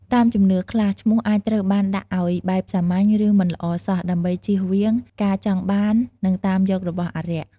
តាមជំនឿខ្លះ ឈ្មោះអាចត្រូវបានដាក់អោយបែបសាមញ្ញ ឬ មិនល្អសោះ ដើម្បីជៀសវាងការចង់បាន និងតាមយករបស់អារក្ស។